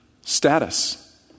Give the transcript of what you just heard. status